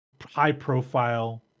high-profile